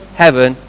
heaven